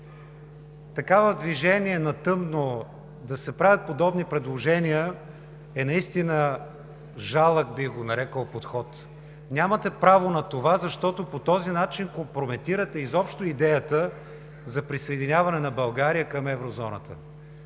така в движение, на тъмно, да се правят подобни предложения, е наистина жалък подход, бих го нарекъл. Нямате право на това, защото по този начин компрометирате изобщо идеята за присъединяване на България към Еврозоната.